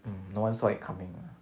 mm no one saw it coming ah